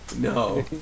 no